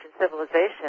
civilization